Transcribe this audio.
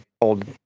old